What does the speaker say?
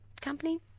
company